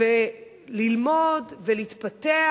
וללמוד ולהתפתח,